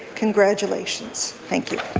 congratulations. thank you.